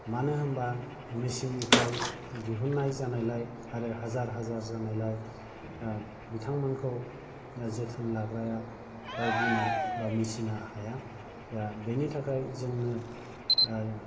मानोहोनोब्ला मेशिननिफ्राय दिहुननाय जानायलाय आरो हाजार हाजार जानायलाय बिथांमोनखौ जोथोन लाग्राया दाउ बिमा एबा मिशिनना हाया बेनिथाखाय जोङो